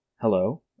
Hello